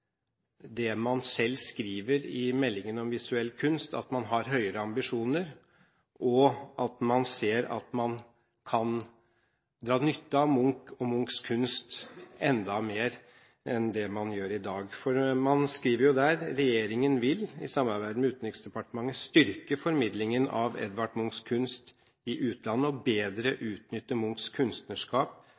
det man selv skriver i meldingen om visuell kunst, at man har høyere ambisjoner, og at man ser at man kan dra nytte av Munch og Munchs kunst enda mer enn det man gjør i dag. Man skriver der at departementet vil «i samarbeid med Utenriksdepartementet styrke formidlingen av Edvard Munchs kunst i utlandet og bedre utnytte Munchs kunstnerskap